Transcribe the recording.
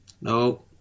No